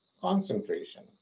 concentration